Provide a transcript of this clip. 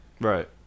Right